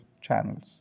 channels